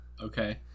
Okay